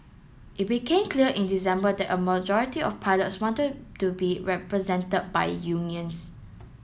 it became clear in December that a majority of pilots wanted to be represented by unions